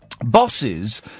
Bosses